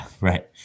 right